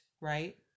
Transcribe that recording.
right